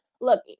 Look